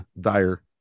dire